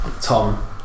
Tom